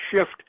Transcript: shift